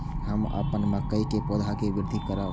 हम अपन मकई के पौधा के वृद्धि करब?